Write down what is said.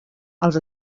els